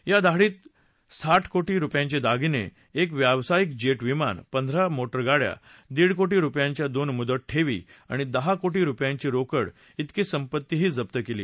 या धाडीत साठ को रुपयांचे दागिने एक व्यवसायिक जे विमान पंधरा मो उ गाड्या दीड को ी रूपयांच्या दोन मुदतठेवी आणि दहा को ी रूपयांची रोकड विकी संपत्तीही जप्त केली